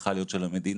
צריכה להיות של המדינה.